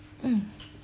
mm